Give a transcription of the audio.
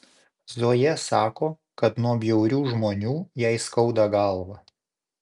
zoja sako kad nuo bjaurių žmonių jai skauda galvą